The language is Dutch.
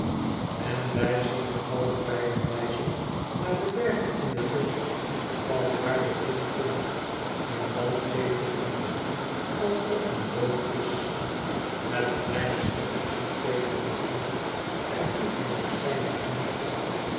en wij zien de gouden pijlen wijzen ntiar de bergen in de lucht van waar de wind komt en dan geeft het een gevoel alsof men dood is het ueine schepseltje keek naar omhoog en hief haar doorschijnend handje op